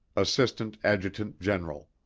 assistant adjutant general.